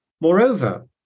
Moreover